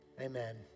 Amen